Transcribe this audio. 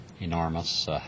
Enormous